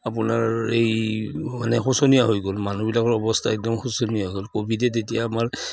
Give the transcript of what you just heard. আপোনাৰ এই মানে শোচনীয় হৈ গ'ল মানুহবিলাকৰ অৱস্থা একদম শোচনীয় হৈ গ'ল ক'ভিডত তেতিয়া আমাৰ